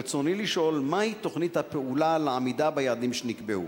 רצוני לשאול: מה היא תוכנית הפעולה לעמידה ביעדים שנקבעו?